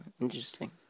interesting